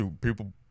people